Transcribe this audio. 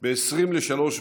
בעשרים לשלוש בלילה,